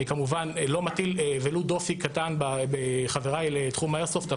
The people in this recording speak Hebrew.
אני כמובן לא מטיל דופי ולו קטן בחבריי לתחום האיירסופט,